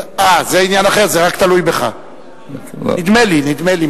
זה עניין אחר, זה תלוי רק בך, נדמה לי.